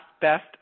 best